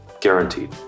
guaranteed